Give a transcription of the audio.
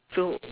so